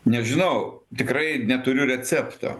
nežinau tikrai neturiu recepto